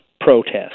protest